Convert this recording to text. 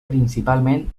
principalment